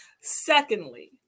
Secondly